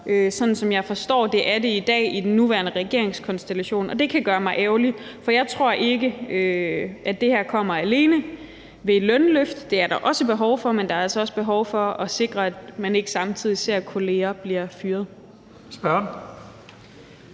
sådan som jeg forstår det er i dag med den nuværende regeringskonstellation. Og det kan gøre mig ærgerlig, for jeg tror ikke, at det her kommer alene ved et lønløft; det er der også behov for, men der er altså også behov for at sikre, at man ikke samtidig ser kolleger blive fyret.